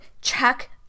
check